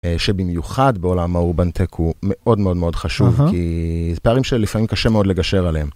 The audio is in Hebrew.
שבמיוחד בעולם האובנטק הוא מאוד מאוד מאוד חשוב כי זה פערים שלפעמים קשה מאוד לגשר עליהם.